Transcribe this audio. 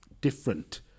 different